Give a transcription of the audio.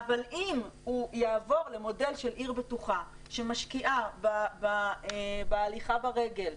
אבל אם הוא יעבור למודל של עיר בטוחה שמשקיעה בהליכה ברגל,